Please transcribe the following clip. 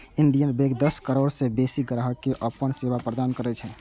Indian bank दस करोड़ सं बेसी ग्राहक कें अपन सेवा प्रदान करै छै